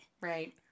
right